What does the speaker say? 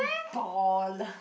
ball